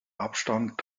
abstand